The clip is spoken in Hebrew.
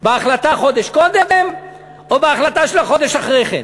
בהחלטה חודש קודם או בהחלטה של החודש אחרי כן?